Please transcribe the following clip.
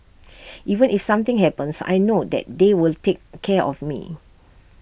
even if something happens I know that they will take care of me